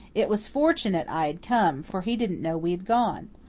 it was fortunate i had come, for he didn't know we had gone.